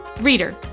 reader